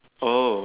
oh